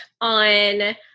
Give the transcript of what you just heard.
on